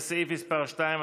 לסעיף מס' 2,